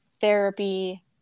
therapy